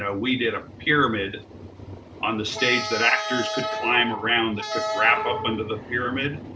ah we did a pyramid on the stage that actors could climb around that could wrap up under the pyramid.